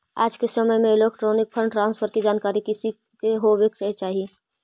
आज के समय में इलेक्ट्रॉनिक फंड ट्रांसफर की जानकारी हर किसी को होवे चाही